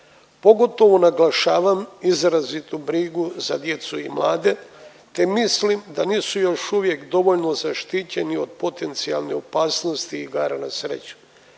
Pogotovo naglašavam izrazitu brigu za djecu i mlade te mislim da nisu još uvijek dovoljno zaštićeni od potencijalne opasnosti igara na sreću.